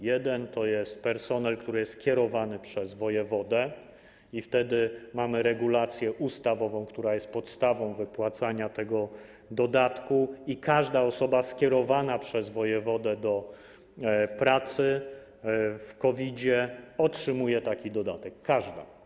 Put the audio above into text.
Jeden to jest personel, który jest kierowany przez wojewodę, i wtedy mamy regulację ustawową, która jest podstawą wypłacania tego dodatku, i każda osoba skierowana przez wojewodę do pracy w związku z COVID otrzymuje taki dodatek - każda.